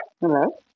Hello